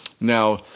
Now